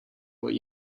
what